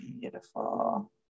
Beautiful